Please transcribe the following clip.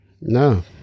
No